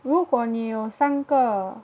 如果你有三个